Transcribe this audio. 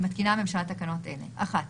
ולאחר